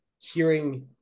hearing –